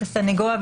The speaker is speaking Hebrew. את הסנגוריה,